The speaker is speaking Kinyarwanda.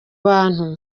bantu